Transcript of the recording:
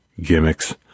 gimmicks